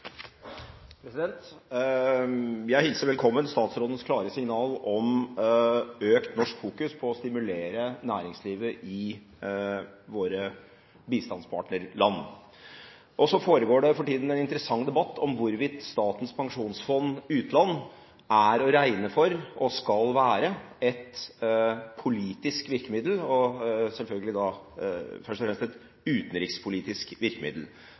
Jeg hilser velkommen statsrådens klare signal om økt norsk fokus på å stimulere næringslivet i våre bistandspartnerland. Det foregår for tida en interessant debatt om hvorvidt Statens pensjonsfond utland er å regne for og skal være et politisk virkemiddel, og selvfølgelig først og fremst et utenrikspolitisk virkemiddel.